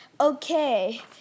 Okay